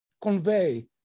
convey